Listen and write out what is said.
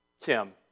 Kim